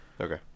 Okay